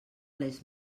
les